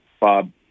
Bob